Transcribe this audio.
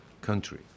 country